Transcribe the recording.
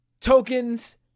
tokens